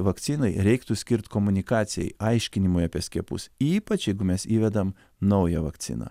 vakcinai reiktų skirt komunikacijai aiškinimui apie skiepus ypač jeigu mes įvedam naują vakciną